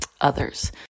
others